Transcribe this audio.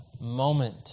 moment